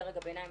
דרג הביניים,